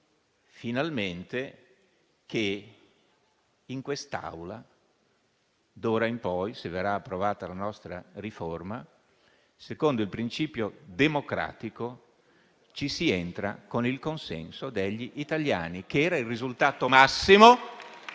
finalmente che in quest'Aula d'ora in poi, se verrà approvata la nostra riforma, secondo il principio democratico, ci si entra con il consenso degli italiani, che era il risultato massimo